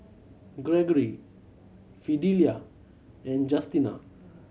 Gregory Fidelia and Justina